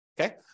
Okay